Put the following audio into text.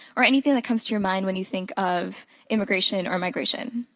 or anything that comes to your mind when you think of immigration or migration.